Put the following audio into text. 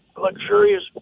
luxurious